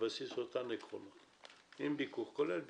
בסיס אותם עקרונות, כולל ביקור.